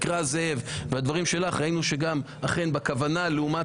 מהדברים שלך ראינו שגם אכן בכוונה לעומת